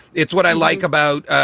it's what i like about,